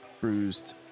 bruised